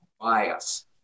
bias